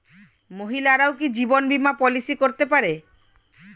মহিলারাও কি জীবন বীমা পলিসি করতে পারে?